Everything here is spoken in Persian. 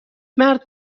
مرد